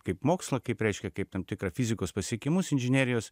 kaip mokslą kaip reiškia kaip tam tikrą fizikos pasiekimus inžinerijos